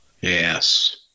Yes